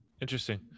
interesting